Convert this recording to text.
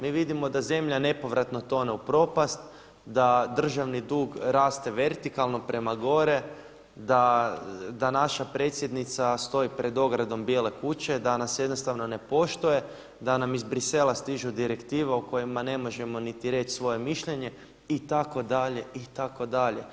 Mi vidimo da zemlja nepovratno tone u propast, da državni dug raste vertikalno prema gore, da naša predsjednica stoji pred ogradom Bijele kuće, da nas se jednostavno ne poštuje, da nam iz Bruxellesa stižu direktive o kojima ne možemo niti reći svoje mišljenje itd. itd.